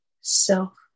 self